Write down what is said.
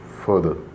further